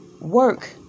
work